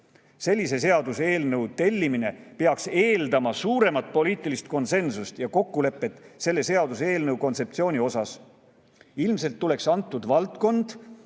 Sellise seaduseelnõu tellimine peaks eeldama suuremat poliitilist konsensust ja kokkulepet selle seaduseelnõu kontseptsiooni osas. Ilmselt tuleks antud valdkond